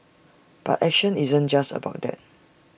but action isn't just about that